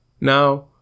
Now